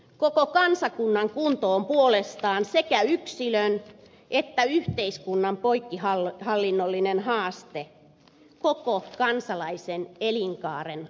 koko kansakunnan kunto on puolestaan sekä yksilön että yhteiskunnan poikkihallinnollinen haaste koko kansalaisen elinkaaren ajalta